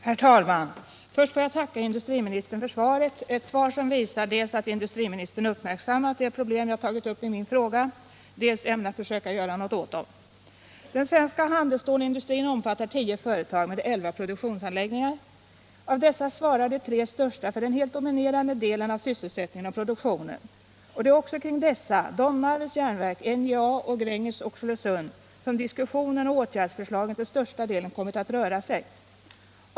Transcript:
Herr talman! Först får jag tacka industriministern för svaret — ett svar som visar att industriministern dels uppmärksammat de problem jag tagit upp i min fråga, dels ämnar försöka göra något åt dem. Den svenska handelsstålindustrin omfattar tio företag med elva produktionsanläggningar. Av dessa svarar de tre största för den helt dominerande delen av sysselsättningen och produktionen. Och det är också kring dessa - Domnarvets Jernverk, NJA och Gränges AB —- som diskussionen och åtgärdsförslagen till största delen kommit att röra sig.